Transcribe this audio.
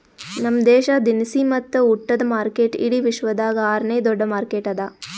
ನಮ್ ದೇಶ ದಿನಸಿ ಮತ್ತ ಉಟ್ಟದ ಮಾರ್ಕೆಟ್ ಇಡಿ ವಿಶ್ವದಾಗ್ ಆರ ನೇ ದೊಡ್ಡ ಮಾರ್ಕೆಟ್ ಅದಾ